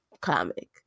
comic